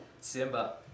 Simba